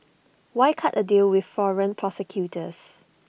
why cut A deal with foreign prosecutors